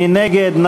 מי נגד?